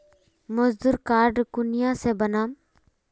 मजदूर कार्ड कुनियाँ से बनाम?